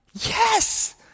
Yes